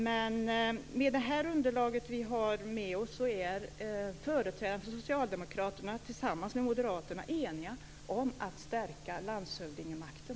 Men med det underlag vi har med oss är företrädaren för Socialdemokraterna och moderaterna eniga om att stärka landshövdingemakten.